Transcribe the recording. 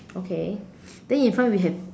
okay then in front we have